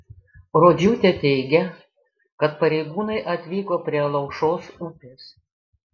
rodžiūtė teigia kad pareigūnai atvyko prie alaušos upės